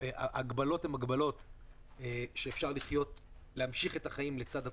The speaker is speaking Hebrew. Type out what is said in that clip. וההגבלות הן כאלה שאפשר להמשיך את החיים לצד הקורונה.